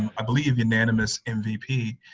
and i believe, unanimous and mvp.